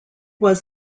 was